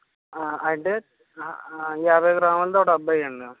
అంటే యాభై గ్రాములది ఒక డబ్బా ఇయ్యండి